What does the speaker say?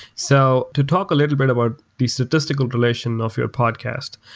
so to talk a little bit about the statistical relation of your podcast,